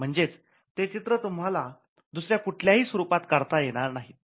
म्हणजेच ते चित्र तुम्हाला दुसऱ्या कुठल्याही स्वरूपात काढता येणार नाहीत